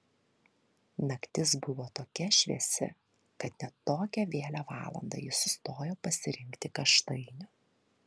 naktis buvo tokia šviesi kad net tokią vėlią valandą ji sustojo pasirinkti kaštainių